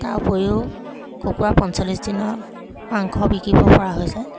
তাৰ উপৰিও কুকুৰা পঞ্চল্লিছ দিনত মাংস বিকিব পৰা হৈ যায়